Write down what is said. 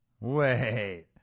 Wait